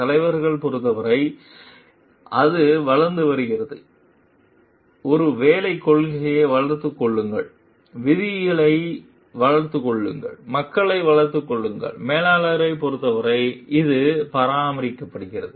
தலைவர்களைப் பொறுத்தவரை அது வளர்ந்து வருகிறது ஒருவேளை கொள்கைகளை வளர்த்துக் கொள்ளுங்கள் விதிகளை வளர்த்துக் கொள்ளுங்கள் மக்களை வளர்த்துக் கொள்ளுங்கள் மேலாளர்களைப் பொறுத்தவரை அது பராமரிக்கிறது